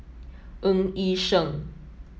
Ng Yi Sheng